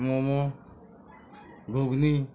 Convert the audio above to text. momo ঘুগনি